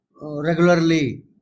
regularly